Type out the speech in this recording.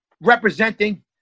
representing